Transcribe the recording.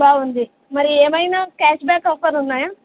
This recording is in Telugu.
బాగుంది మరి ఏమైనా క్యాష్ బ్యాక్ ఆఫర్ ఉన్నాయా